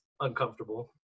uncomfortable